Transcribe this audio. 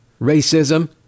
racism